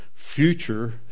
future